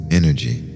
energy